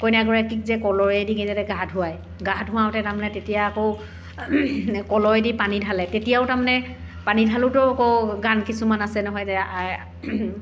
কইনাগৰাকীক যে কলহেদি যে কেনে গা ধুৱায় গা ধুৱাওঁতে তাৰমানে তেতিয়া আকৌ কলহেদি পানী ঢালে তেতিয়াও তাৰমানে পানী ঢালোঁতেও আকৌ গান কিছুমান আছে নহয়